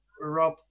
rob